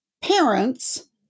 parents